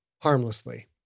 harmlessly